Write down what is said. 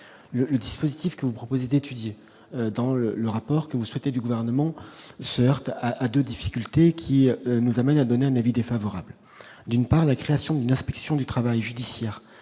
le dispositif que vous proposez d'étudier dans le le rapport que vous souhaitez du gouvernement se heurte à 2 difficultés qui nous amène à donner un avis défavorable. D'une part la création d'inspection du travail judiciaire,